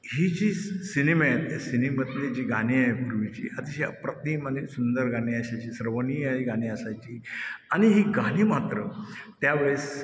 हे जे सिनेमे आहेत त्या सिनेमातली जी गाणी आहेत पूर्वीची अतिशय अप्रतिम आणि सुंदर गाणी असायची स्रवणीय गाणी असायची आणि ही गाणी मात्र त्यावेळेस